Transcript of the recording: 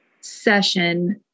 session